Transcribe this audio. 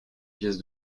pièce